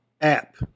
app